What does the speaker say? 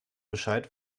bescheid